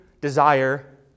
desire